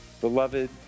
Beloved